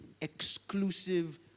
exclusive